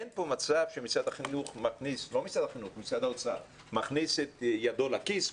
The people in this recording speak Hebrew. אין כאן מצב שמשרד האוצר מכניס את ידו לכיס,